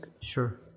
Sure